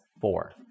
four